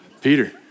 Peter